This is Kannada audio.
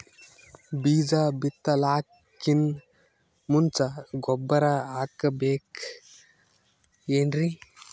ಬೀಜ ಬಿತಲಾಕಿನ್ ಮುಂಚ ಗೊಬ್ಬರ ಹಾಕಬೇಕ್ ಏನ್ರೀ?